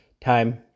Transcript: time